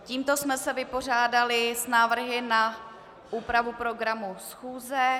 Tímto jsme se vypořádali s návrhy na úpravu programu schůze.